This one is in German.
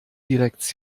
genannt